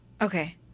Okay